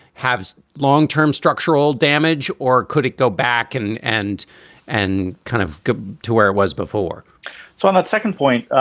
has long term structural damage or could it go back and and and kind of get to where it was before? so on that second point,